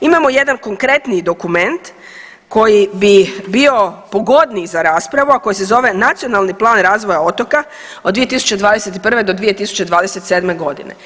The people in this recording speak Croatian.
Imamo jedan konkretniji dokument koji bi bio pogodniji za raspravu a koji se zove Nacionalni plan razvoja otoka od 2021. do 2027. godine.